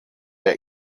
der